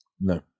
No